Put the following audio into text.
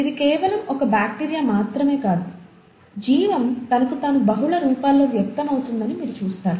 ఇది కేవలం ఒక బ్యాక్టీరియా మాత్రమే కాదు జీవం తనకు తాను బహుళ రూపాల్లో వ్యక్తమవుతుందని మీరు చూస్తారు